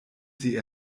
sie